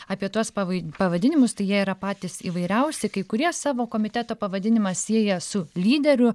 apie tuos pavai pavadinimus tai jie yra patys įvairiausi kai kurie savo komiteto pavadinimą sieja su lyderiu